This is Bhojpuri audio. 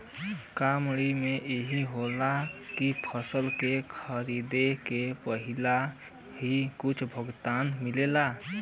का मंडी में इहो होला की फसल के खरीदे के पहिले ही कुछ भुगतान मिले?